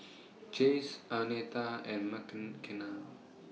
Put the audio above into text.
Jace Arnetta and Mckenna